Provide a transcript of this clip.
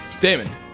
Damon